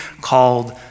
called